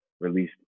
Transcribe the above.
released